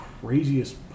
craziest